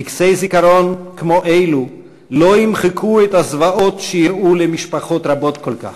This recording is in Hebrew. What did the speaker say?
טקסי זיכרון כמו אלו לא ימחקו את הזוועות שאירעו למשפחות רבות כל כך,